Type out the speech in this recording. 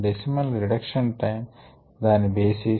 decimal reduction time దాని basis